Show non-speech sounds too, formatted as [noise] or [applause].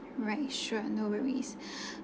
right sure no worries [breath]